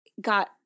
got